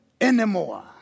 anymore